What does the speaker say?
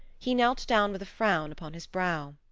he knelt down with a frown upon his brow.